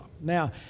Now